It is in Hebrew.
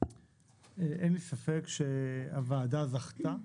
אין לי ספק שהוועדה זכתה